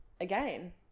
again